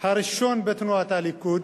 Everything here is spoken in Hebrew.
הראשון בתנועת הליכוד,